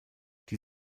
die